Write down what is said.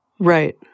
Right